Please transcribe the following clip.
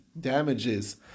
damages